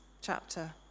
chapter